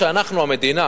כשאנחנו המדינה,